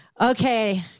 okay